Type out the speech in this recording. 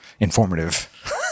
Informative